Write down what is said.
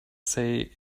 say